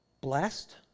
Blessed